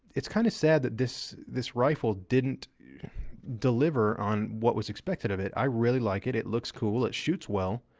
it's kind of sad that this, this rifle didn't deliver on what was expected of it. i really like it. it looks cool. it shoots well.